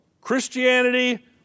Christianity